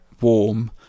warm